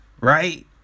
right